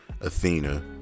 Athena